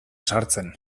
sartzen